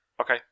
Okay